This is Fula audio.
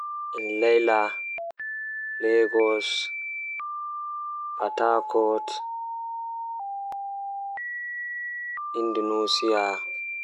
Taalel taalel jannata booyel, Woodi wakaati feere kolekole don dilla haa dow mayo kombuwal kenan don dilla sei ndiyam manga wari ilni kombuwal man yahi sakkini dum haa hunduko maayo debbo feere wari haalota kare maako sei o hefti bingel haa nder kombuwal man nden debbo man meedaaka danyugo.